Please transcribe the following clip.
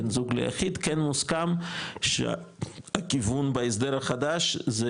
בין זוג ליחיד, כן מוסכם שהכיוון בהסדר החדש זה